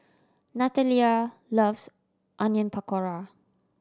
Nathalia loves Onion Pakora